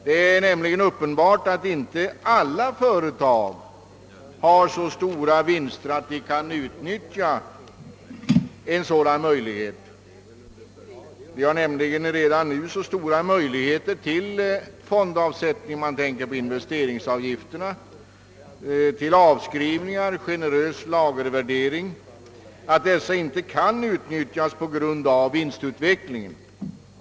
Det är nämligen uppenbart att inte alla företag får så stora vinster att de kan utnyttja en sådan rätt till avsättning. Redan nu finns så stora möjligheter till vinstavsättning — jag syftar på investeringsfonderna — till avskrivningar och till generösa lagervärderingar att de inte kan utnyttjas på grund av vinstutvecklingen.